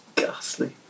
ghastly